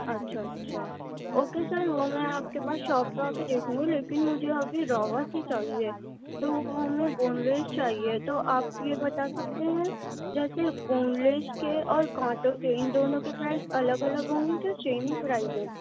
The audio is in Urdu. اچھا اچھا اوکے سر وہ میں آپ کے پاس شاپ پہ آ کے دیکھوں گی لیکن مجھے ابھی راوس ہی چاہیے تو وہ ہمیں بون لیس چاہیے تو آپ یہ بتا سکتے ہیں جیسے بون لیس کے اور کانٹوں کے ان دونوں کے پرائز الگ الگ ہوں گے کہ سیم ہی پرائز ہیں